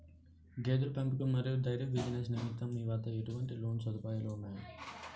గేదెల పెంపకం మరియు డైరీ బిజినెస్ నిమిత్తం మీ వద్ద ఎటువంటి లోన్ సదుపాయాలు ఉన్నాయి?